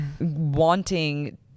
wanting